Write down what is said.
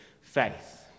faith